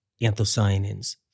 anthocyanins